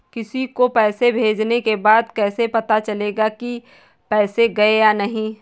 किसी को पैसे भेजने के बाद कैसे पता चलेगा कि पैसे गए या नहीं?